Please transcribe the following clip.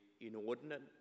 inordinate